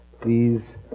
please